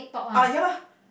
ah ya lah